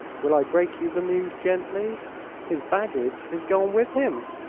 will i break you the news gently his baggage is gone with him!